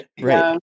right